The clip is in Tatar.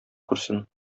күрсен